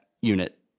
unit